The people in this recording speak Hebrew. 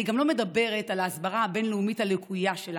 אני גם לא מדברת על ההסברה הבין-לאומית הלקויה שלנו.